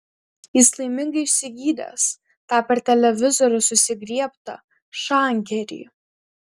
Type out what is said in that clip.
jis laimingai išsigydęs tą per televizorių susigriebtą šankerį